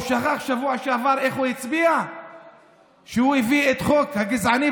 הוא שכח בשבוע שעבר איך הוא הצביע כשהוא הביא את החוק הגזעני,